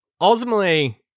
Ultimately